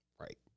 Right